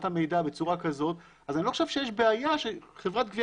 המידע בצורה כזאת אז אני לא חושב שיש בעיה שחברת גבייה